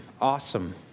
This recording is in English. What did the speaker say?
awesome